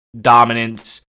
dominance